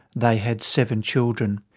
they had seven children.